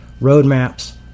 roadmaps